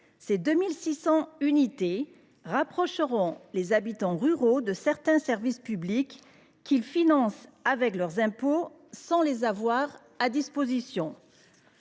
Ces 2 600 unités rapprocheront les habitants ruraux de certains services publics qu’ils financent avec leurs impôts sans en disposer.